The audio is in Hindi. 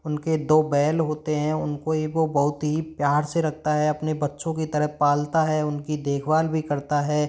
उनके दो बैल होते हैं उनको एकहो बहुत ही प्यार से रखता है अपने बच्चों की तरह पालता है उनकी देखभाल भी करता है